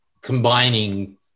combining